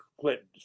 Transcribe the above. Clinton